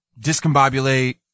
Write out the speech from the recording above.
discombobulate